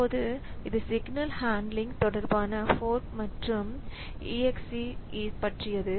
இப்போது இது signal handling தொடர்பான ஃபோர்க் மற்றும் exec பற்றியது